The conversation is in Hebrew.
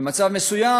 במצב מסוים,